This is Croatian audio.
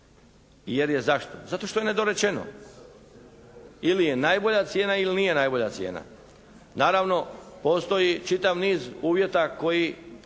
jer je zašto, jer je nedorečeno. Ili je najbolja cijena ili nije najbolja cijena. Naravno postoji čitav niz uvjeta koji